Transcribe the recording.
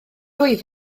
wyf